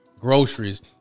Groceries